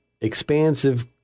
expansive